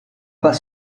pas